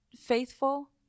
faithful